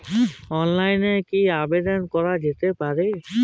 অফলাইনে কি আবেদন করা যেতে পারে?